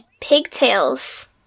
pigtails